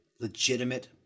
legitimate